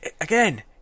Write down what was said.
again